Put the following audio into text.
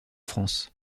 france